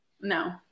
No